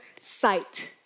sight